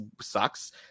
sucks